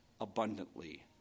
Abundantly